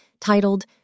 titled